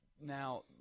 Now